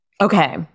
Okay